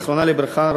זיכרונה לברכה,